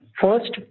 First